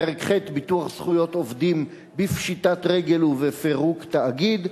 פרק ח' ביטוח זכויות עובדים בפשיטת רגל ובפירוק תאגיד,